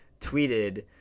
tweeted –